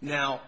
now